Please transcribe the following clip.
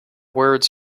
words